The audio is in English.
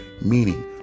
meaning